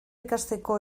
ikasteko